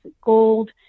gold